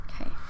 Okay